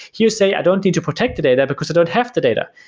you say, i don't need to protect the data because i don't have the data.